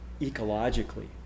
ecologically